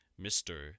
Mr